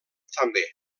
també